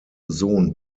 sohn